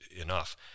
enough